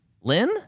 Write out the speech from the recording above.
Lynn